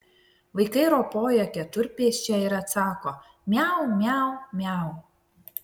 vaikai ropoja keturpėsčia ir atsako miau miau miau